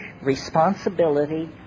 responsibility